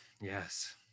Yes